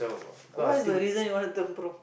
what's the reason you want to turn pro